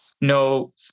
no